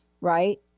Right